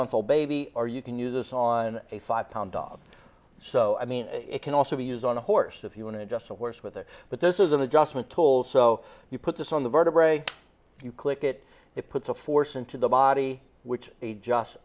month old baby or you can use this on a five pound dog so i mean it can also be used on a horse if you want to just a horse with it but this is an adjustment tool so you put this on the vertebrae you click it it puts a force into the body which a just